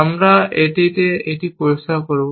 আমরা এটিতে এটি পরিষ্কার করব